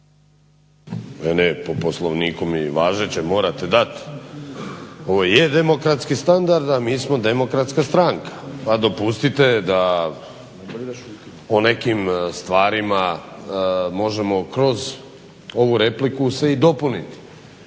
ne. Po Poslovniku mi važećem morate dat. Ovo je demokratski standard, a mi smo demokratska stranka pa dopustite da o nekim stvarima možemo kroz ovu repliku se i dopuniti.